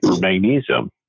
magnesium